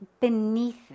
beneath